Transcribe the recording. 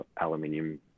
aluminium